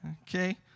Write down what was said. Okay